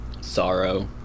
sorrow